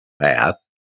path